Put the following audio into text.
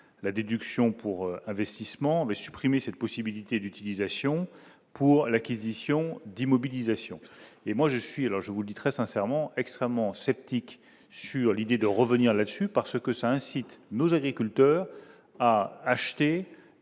la déduction pour investissement mais supprimer cette possibilité d'utilisation pour l'acquisition d'immobilisation et moi je suis alors je vous le dis très sincèrement extrêmement sceptique sur l'idée de revenir là-dessus parce que ça incite nos agriculteurs à acheter